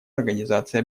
организации